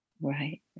Right